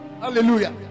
hallelujah